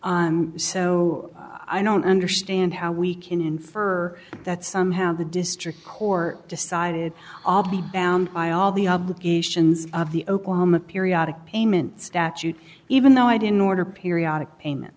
so i don't understand how we can infer that somehow the district court decided i'll be bound by all the obligations of the oklahoma periodic payment statute even though i didn't order periodic payment